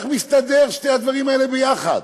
איך מסתדרים שני הדברים האלה יחד?